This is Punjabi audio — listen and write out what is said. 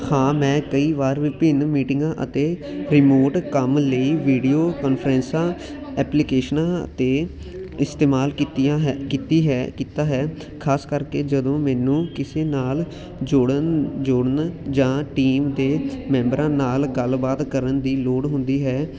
ਹਾਂ ਮੈਂ ਕਈ ਵਾਰ ਵਿਭਿੰਨ ਮੀਟਿੰਗਾਂ ਅਤੇ ਰਿਮੋਟ ਕੰਮ ਲਈ ਵੀਡੀਓ ਕਾਨਫਰੰਸਾਂ ਐਪਲੀਕੇਸ਼ਨ 'ਤੇ ਇਸਤੇਮਾਲ ਕੀਤੀਆਂ ਹੈ ਕੀਤੀ ਹੈ ਕੀਤਾ ਹੈ ਖਾਸ ਕਰਕੇ ਜਦੋਂ ਮੈਨੂੰ ਕਿਸੇ ਨਾਲ ਜੋੜਨ ਜੋੜਨ ਜਾਂ ਟੀਮ ਦੇ ਮੈਂਬਰਾਂ ਨਾਲ ਗੱਲਬਾਤ ਕਰਨ ਦੀ ਲੋੜ ਹੁੰਦੀ ਹੈ